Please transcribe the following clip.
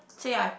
say I